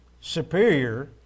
superior